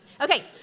Okay